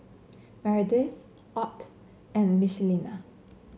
Meredith Ott and Michelina